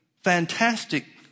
fantastic